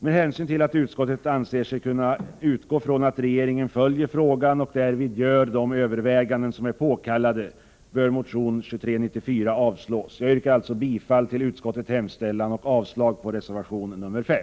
Med hänsyn till att utskottet anser sig kunna utgå från att regeringen följer frågan och därvid gör de överväganden som är påkallade bör motion 2394 avslås. Jag yrkar alltså bifall till utskottets hemställan i denna del och avslag på reservation nr 5.